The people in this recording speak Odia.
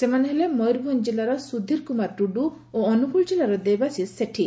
ସେମାନେ ହେଲେ ମୟରଭଞ୍ କିଲ୍ଲାର ସୁଧୀର କୁମାରମ ଟୁଡୁ ଓ ଅନୁଗୁଳ କିଲ୍ଲାର ଦେବାଶିଷ ସେଠି